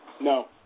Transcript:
No